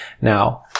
Now